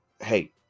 hey